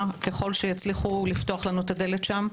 ככל שיצליחו לפתוח לנו את הדלת שם.